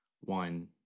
one